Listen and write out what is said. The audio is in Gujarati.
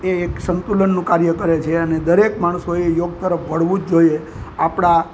એક સંતુલનનું કાર્ય કરે છે અને દરેક માણસોએ યોગ તરફ વળવું જ જોઈએ આપણા